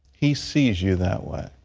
he sees you that way.